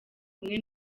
bumwe